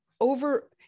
over